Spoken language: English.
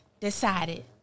decided